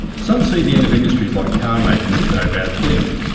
some see the end of industries like car making as no bad thing,